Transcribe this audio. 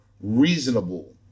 reasonable